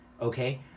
okay